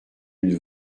une